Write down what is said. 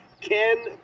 Ken